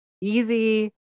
easy